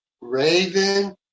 raven